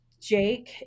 Jake